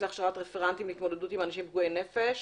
להכשרת רפרנטים להתמודדות עם אנשים פגועי נפש.